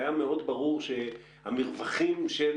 היה מאוד ברור שהמרווחים של